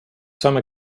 some